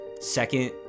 Second